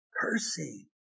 cursing